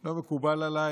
לא מקובל עליי.